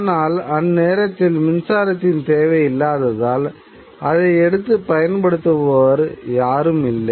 ஆனால் அந்நேரத்தில் மின்சாரத்தின் தேவை இல்லாததால் அதை எடுத்து பயன்படுத்துபவர் யாரும் இல்லை